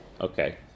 okay